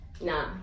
nah